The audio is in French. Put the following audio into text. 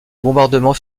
bombardements